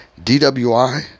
DWI